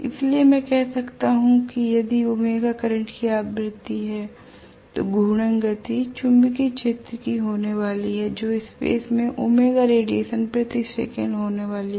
इसलिए मैं कह सकता हूं कि यदि ओमेगा करंट की आवृत्ति है तो घूर्णन गति चुंबकीय क्षेत्र की होने वाली है जो स्पेस में ओमेगा रेडिएशन प्रति सेकंड होने वाली है